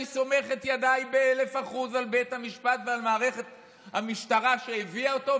אני סומך את ידיי באלף אחוז על בית המשפט ועל מערכת המשטרה שהביאה אותו,